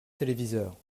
téléviseurs